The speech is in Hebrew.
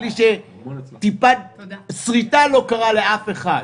בלי ששריטה לא נגרמה לאף אחד.